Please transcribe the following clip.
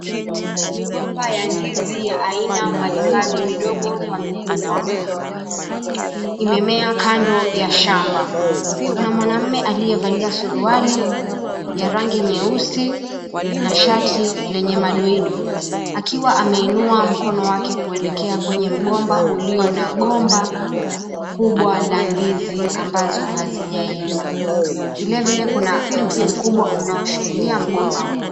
Migomba ya ndizi ya aina mbalimbali midogo kwa mikubwa imemea kando ya shamba. Kuna mwanamume aliyevalia suruali ya rangi nyeusi na shati lenye madoido akiwa ameinua mkono wake kuelekea kwenye mgomba ulio na gomba kubwa la ndizi ambazo hazijaiva. Vilevile kuna mti mkubwa unaoshikilia mgomba huo.